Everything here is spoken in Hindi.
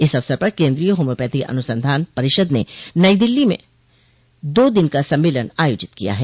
इस अवसर पर केंद्रीय होम्योयपैथी अनुसंधान परिषद न नई दिल्ली में दो दिन का सम्मेलन आयोजित किया है